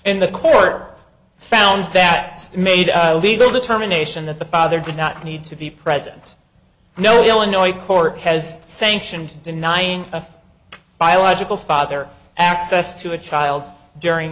and the court found that made the determination that the father did not need to be president no illinois court has sanctioned denying a biological father access to a child during